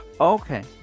Okay